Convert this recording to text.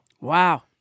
Wow